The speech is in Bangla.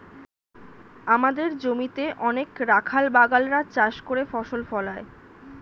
আমাদের জমিতে অনেক রাখাল বাগাল রা চাষ করে ফসল ফলায়